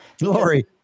Lori